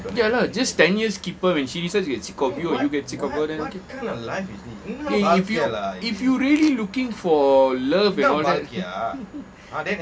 ya lah just ten years keep her when she decides to she gets sick of you you get sick of her then if you if you really looking for love and all that